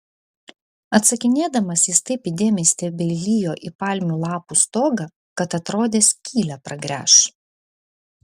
atsakinėdamas jis taip įdėmiai stebeilijo į palmių lapų stogą kad atrodė skylę pragręš